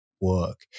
work